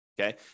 okay